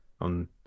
on